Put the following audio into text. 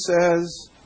says